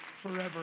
forever